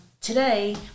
today